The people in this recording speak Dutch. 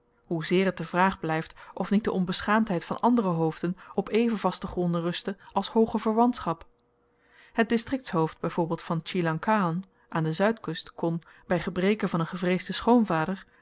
hoezeer het de vraag blyft of niet de onbeschaamdheid van andere hoofden op even vaste gronden rustte als hooge verwantschap het distriktshoofd by voorbeeld van tjilang kahan aan de zuidkust kon by gebreke van een gevreesden